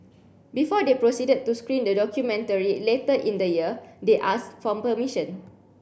before they proceeded to screen the documentary later in the year they asked for permission